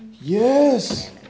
yes